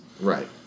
Right